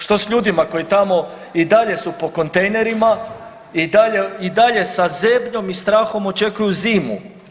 Što s ljudima koji tamo i dalje su po kontejnerima i dalje sa zebnjom i strahom očekuju zimu?